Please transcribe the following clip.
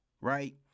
right